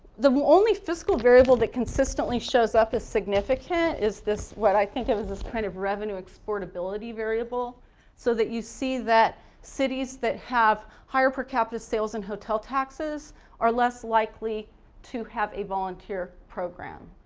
the only fiscal variable that consistently shows up as significant is this what i think of as kind of revenue exploitability variable so that you see that cities that have higher per capita sales and hotel taxes are less likely to have a volunteer program.